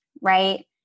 right